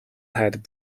had